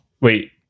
Wait